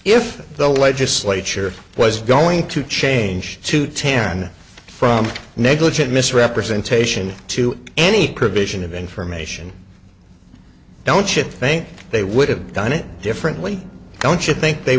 if the legislature was going to change to ten from negligent misrepresentation to any provision of information don't you think they would have done it differently don't you think they